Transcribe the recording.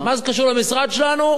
מה זה קשור למשרד שלנו?